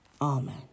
Amen